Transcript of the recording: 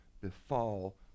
befall